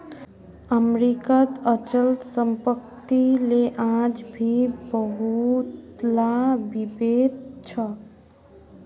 अमरीकात अचल सम्पत्तिक ले आज भी बहुतला विवाद छ